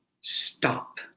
stop